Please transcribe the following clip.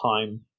time